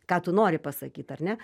ką tu nori pasakyt ar ne